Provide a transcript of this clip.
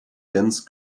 dense